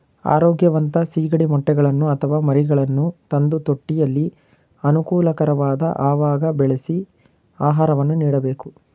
ಆರೋಗ್ಯವಂತ ಸಿಗಡಿ ಮೊಟ್ಟೆಗಳನ್ನು ಅಥವಾ ಮರಿಗಳನ್ನು ತಂದು ತೊಟ್ಟಿಯಲ್ಲಿ ಅನುಕೂಲಕರವಾದ ಅವಾಗ ಬೆಳೆಸಿ ಆಹಾರವನ್ನು ನೀಡಬೇಕು